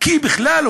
כי בכלל,